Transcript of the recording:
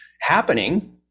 happening